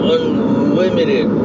Unlimited